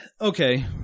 Okay